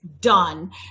done